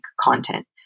content